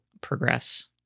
progress